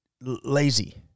lazy